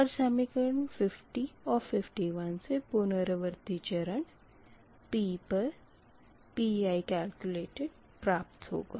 और समीकरण 50 और 51 से पुनरावर्ती चरण p पर Pi केलक्यूलेटड प्राप्त होगा